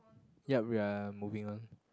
yup we are moving on